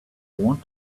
want